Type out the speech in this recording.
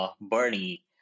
Bernie